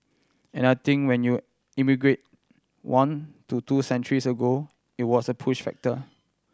and I think when you emigrated one to two centuries ago it was a push factor